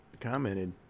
commented